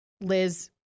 Liz